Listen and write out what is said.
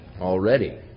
already